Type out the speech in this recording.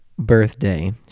birthday